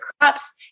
crops